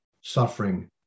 suffering